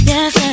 Yes